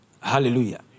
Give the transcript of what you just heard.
Hallelujah